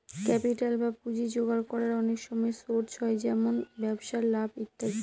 capital বা পুঁজি জোগাড় করার অনেক রকম সোর্স হয় যেমন ব্যবসায় লাভ ইত্যাদি